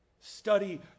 Study